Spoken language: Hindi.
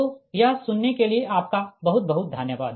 तो यह सुनने के लिए आपका बहुत बहुत धन्यवाद